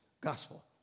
gospel